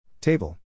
Table